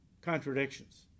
contradictions